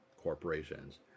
corporations